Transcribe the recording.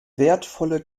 wertvolle